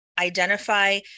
identify